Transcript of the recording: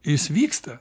jis vyksta